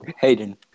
Hayden